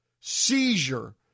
Seizure